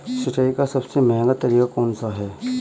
सिंचाई का सबसे महंगा तरीका कौन सा है?